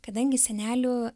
kadangi senelių